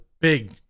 big